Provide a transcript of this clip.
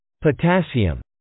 Potassium